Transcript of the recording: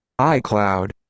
iCloud